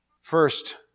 first